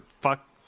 Fuck